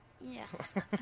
Yes